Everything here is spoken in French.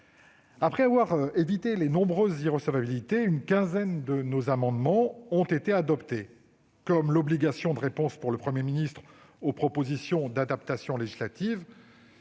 Après avoir évité les nombreuses irrecevabilités, une quinzaine de nos amendements ont été adoptés : obligation pour le Premier ministre de répondre aux propositions d'adaptations législatives